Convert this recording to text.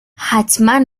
حتما